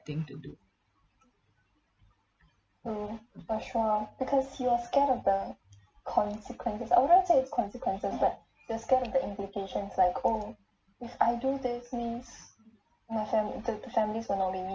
thing to do